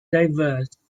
diverse